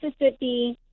Mississippi